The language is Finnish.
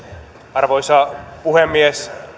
arvoisa puhemies